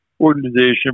organization